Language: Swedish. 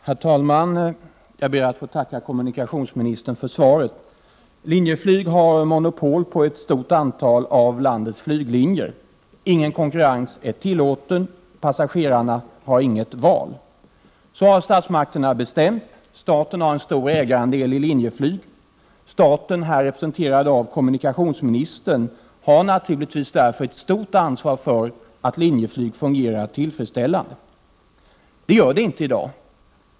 Herr talman! Jag ber att få tacka kommunikationsministern för svaret. Linjeflyg har monopol på ett stort antal av landets flyglinjer. Ingen konkurrens är tillåten — passagerarna har inget val. Så har statsmakterna bestämt. Staten har en stor ägarandel i Linjeflyg. Staten, här representerad av kommunikationsministern, har naturligtvis därför ett stort ansvar för att Linjeflyg fungerar tillfredsställande. Det gör det inte i dag.